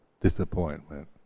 disappointment